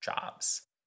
jobs